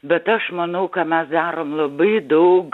bet aš manau ką mes darom labai daug